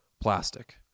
Plastic